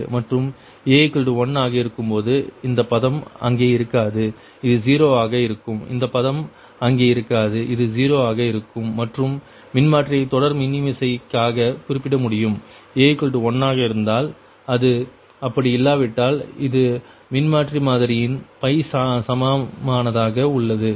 மற்றும் a1 ஆக இருக்கும்போது இந்த பதம் அங்கே இருக்காது இது 0 ஆகா இருக்கும் இந்த பதம் அங்கே இருக்காது இது 0 ஆக இருக்கும் மற்றும் மின்மாற்றியை தொடர் மின்னிசைமையாக குறிப்பிட முடியும் a1 ஆக இருந்தால் அது அப்படி இல்லாவிட்டால் இது மின்மாற்றி மாதிரியின் சமானமாக உள்ளது